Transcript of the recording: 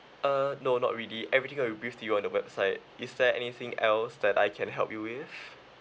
uh no not really everything will brief to you on the website is there anything else that I can help you with